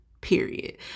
period